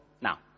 now